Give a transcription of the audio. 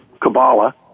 Kabbalah